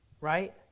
right